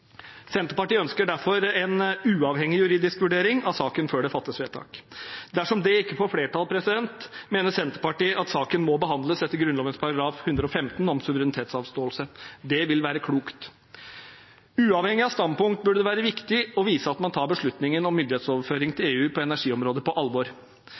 Senterpartiet ønsker derfor en uavhengig juridisk vurdering av saken før det fattes vedtak. Dersom det ikke får flertall, mener Senterpartiet at saken må behandles etter Grunnloven § 115 om suverenitetsavståelse. Det vil være klokt. Uavhengig av standpunkt burde det være viktig å vise at man tar beslutningen om myndighetsoverføring til EU på energiområdet på alvor.